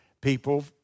people